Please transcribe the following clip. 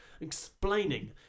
Explaining